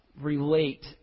relate